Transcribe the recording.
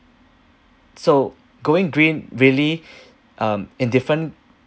so going green really um in different